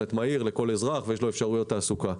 אינטרנט מהיר לכל אזרח ויש לו אפשרויות תעסוקה.